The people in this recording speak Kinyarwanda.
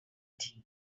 ati